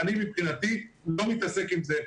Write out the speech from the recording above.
אני מבחינתי לא מתעסק עם זה.